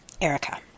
Erica